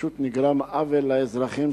פשוט נגרם עוול לאזרחים,